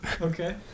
Okay